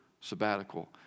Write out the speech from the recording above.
sabbatical